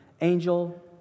angel